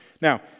Now